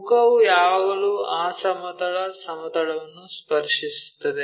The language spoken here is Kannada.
ಮುಖವು ಯಾವಾಗಲೂ ಆ ಸಮತಲ ಸಮತಲವನ್ನು ಸ್ಪರ್ಶಿಸುತ್ತದೆ